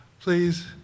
Please